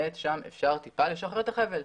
שם אפשר טיפה לשחרר את החבל.